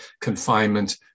confinement